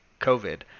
covid